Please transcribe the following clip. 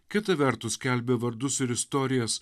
kita vertus skelbia vardus ir istorijas